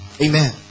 Amen